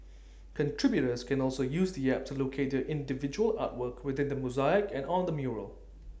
contributors can also use the app to locate their individual artwork within the mosaic and on the mural